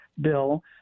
bill